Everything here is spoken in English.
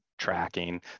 tracking